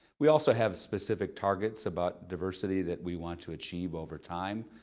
we also have specific targets about diversity that we want to achieve over time.